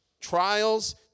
Trials